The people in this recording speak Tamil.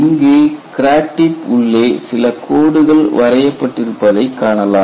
இங்கு கிராக் டிப் உள்ளே சில கோடுகள் வரையப்பட்டிருப்பதைக் காணலாம்